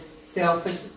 selfish